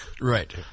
Right